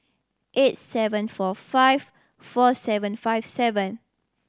eight seven four five four seven five seven